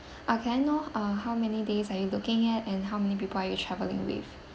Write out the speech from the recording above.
ah can I know ah how many days are you looking at and how many people are you travelling with